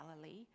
Galilee